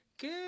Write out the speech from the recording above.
Good